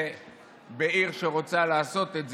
ועיר שרוצה לעשות את זה,